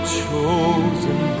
chosen